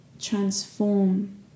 transform